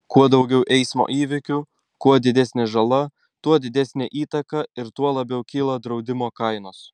kuo daugiau eismo įvykių kuo didesnė žala tuo didesnė įtaka ir tuo labiau kyla draudimo kainos